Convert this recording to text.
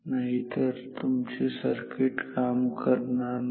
नाहीतर तुमचे सर्किट काम करणार नाही